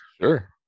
Sure